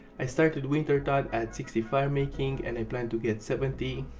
i started wintertod at sixty firemaking and i plan to get seventy.